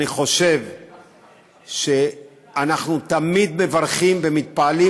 אני חושב שאנחנו תמיד מברכים ומתפעלים